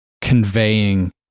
conveying